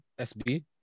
SB